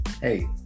hey